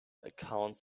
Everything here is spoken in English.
accounts